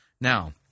Now